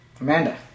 Amanda